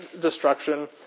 destruction